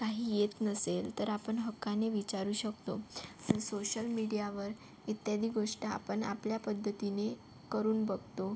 काही येत नसेल तर आपण हक्काने विचारू शकतो पण सोशल मीडियावर इत्यादी गोष्ट आपण आपल्या पद्धतीने करून बघतो